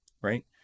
right